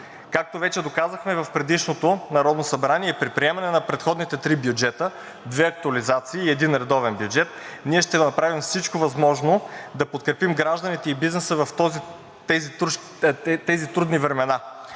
Както вече доказахме в предишното Народно събрание и при приемане на предходните три бюджета, две актуализации и един редовен бюджет, ние ще направим всичко възможно да подкрепим гражданите и бизнеса в тези трудни времена.